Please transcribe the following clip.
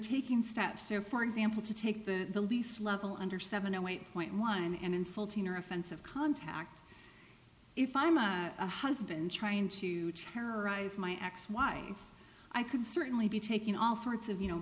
taking steps or for example to take that the least level under seven zero eight point one and insulting or offensive contact if i'm a husband trying to terrorize my x y i could certainly be taking all sorts of you know